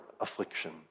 Affliction